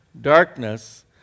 darkness